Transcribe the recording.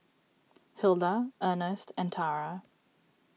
Hilda Ernest and Tara